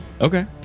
Okay